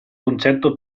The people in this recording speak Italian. concetto